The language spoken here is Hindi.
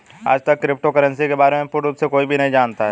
आजतक क्रिप्टो करन्सी के बारे में पूर्ण रूप से कोई भी नहीं जानता है